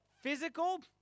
physical